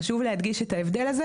חשוב להדגיש את ההבדל הזה,